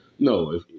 No